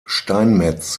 steinmetz